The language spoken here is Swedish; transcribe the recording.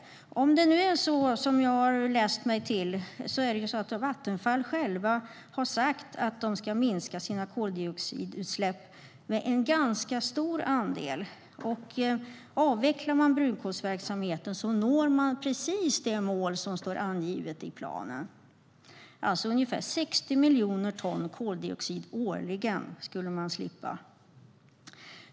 Om det nu är så som jag har läst mig till har Vattenfall självt sagt att man ska minska sina koldioxidutsläpp med en ganska stor andel. Avvecklar man brunkolsverksamheten når man precis det mål som står angivet i planen och skulle slippa ungefär 60 miljoner ton koldioxid årligen.